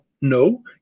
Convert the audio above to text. No